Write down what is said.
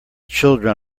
children